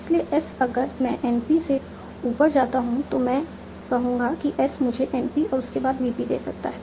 इसलिए S अगर मैं NP से ऊपर जाता हूं तो मैं कहूंगा कि S मुझे NP और उसके बाद VP दे सकता है